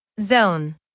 Zone